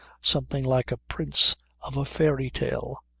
something like a prince of a fairy-tale,